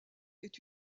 est